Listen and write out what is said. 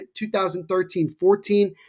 2013-14